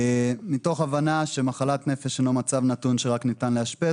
מתוך הבנה שמחלת נפש היא לא מצב נתון שרק ניתן לאשפז